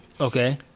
Okay